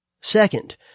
Second